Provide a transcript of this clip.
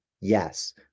yes